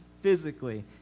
physically